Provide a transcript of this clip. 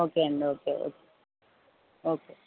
okay అండి okay okay okay